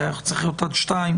זה היה צריך להיות עד 2,